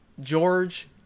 George